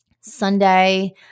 Sunday